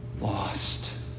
lost